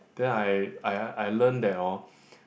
then I I I learn that orh